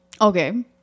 okay